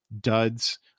duds